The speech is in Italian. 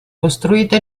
costruita